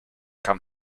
come